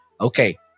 Okay